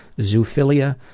zoophilia,